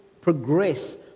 progress